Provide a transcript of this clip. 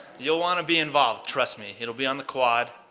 you'll want to be involved. trust me. it'll be on the quad.